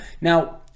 Now